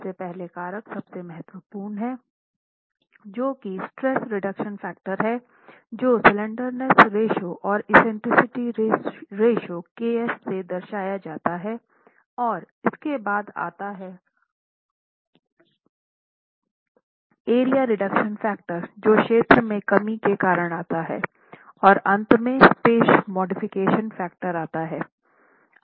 सबसे पहला कारक सबसे महत्वपूर्ण है जो की स्ट्रेस रिडक्शन कारक है जो स्लैंडरनेस रेश्यो और एक्सेंट्रिसिटी रेश्यो ks से दर्शाया जाता है और इसके बाद आता है एरिया रिडक्शन फैक्टर जो क्षेत्र में कमी के कारण आता है और अंत में शेप मॉडिफिकेशन फैक्टर आता है